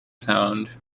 sound